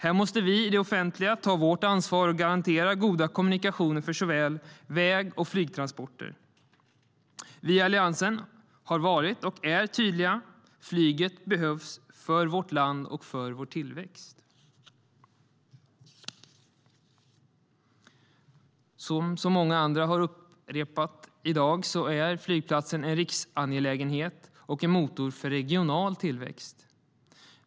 Här måste vi i det offentliga ta vårt ansvar och garantera goda kommunikationer för såväl väg som flygtransporter. Vi i Alliansen har varit och är tydliga. Flyget behövs för vårt land och för vår tillväxt. Som många andra har upprepat i dag är flygplatsen en riksangelägenhet och en motor för regional tillväxt.